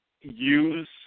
use